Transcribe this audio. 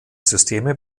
systeme